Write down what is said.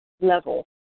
level